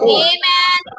Amen